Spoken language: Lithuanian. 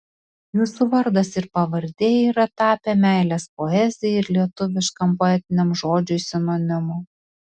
jūsų vardas ir pavardė yra tapę meilės poezijai ir lietuviškam poetiniam žodžiui sinonimu